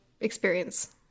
experience